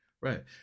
right